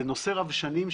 זה נושא רב שנים,